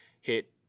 hit –